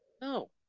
No